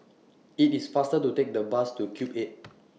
IT IS faster to Take The Bus to Cube eight